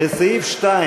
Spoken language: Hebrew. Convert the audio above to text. לסעיף 2